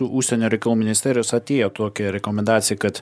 užsienio reikalų ministerijos atėjo tokia rekomendacija kad